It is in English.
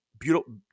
beautiful